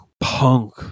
punk